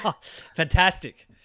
Fantastic